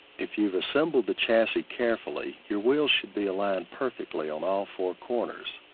if you've assembled the chassis carefully, your wheel should be allowed perfectly on all four corners.